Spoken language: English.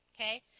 okay